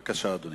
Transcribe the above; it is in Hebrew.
בבקשה, אדוני.